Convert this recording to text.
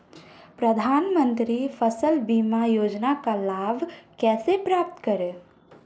प्रधानमंत्री फसल बीमा योजना का लाभ कैसे प्राप्त करें?